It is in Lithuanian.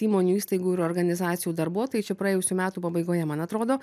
įmonių įstaigų ir organizacijų darbuotojai čia praėjusių metų pabaigoje man atrodo